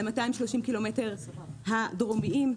על 230 הקילומטרים הדרומיים.